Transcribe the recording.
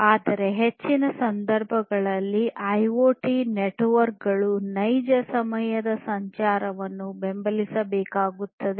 ಆದರೆ ಹೆಚ್ಚಿನ ಸಂದರ್ಭಗಳಲ್ಲಿ ಐಒಟಿ ನೆಟ್ವರ್ಕ್ ಗಳು ನೈಜ ಸಮಯದ ಸಂಚಾರವನ್ನು ಬೆಂಬಲಿಸಬೇಕಾಗುತ್ತವೆ